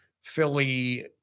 Philly